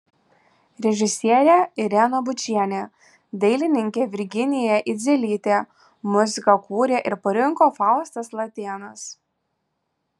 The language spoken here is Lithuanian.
režisierė irena bučienė dailininkė virginija idzelytė muziką kūrė ir parinko faustas latėnas